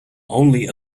only